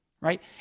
Right